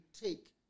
take